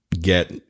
get